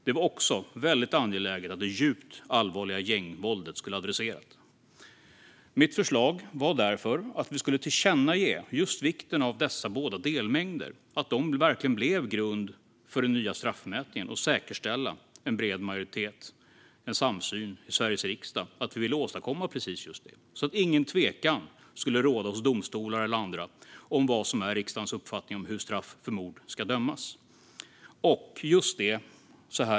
Det var också väldigt angeläget att det djupt allvarliga gängvåldet skulle adresseras. Mitt förslag var därför att vi skulle tillkännage just vikten av att dessa båda delmängder verkligen blev grund för den nya straffmätningen och säkerställa en bred majoritet och samsyn i Sveriges riksdag att vi ville åstadkomma precis just detta. Ingen tvekan skulle därmed råda hos domstolar eller andra om vad som är riksdagens uppfattning om hur straff för mord ska utdömas.